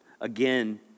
Again